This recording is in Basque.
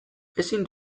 ezin